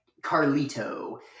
carlito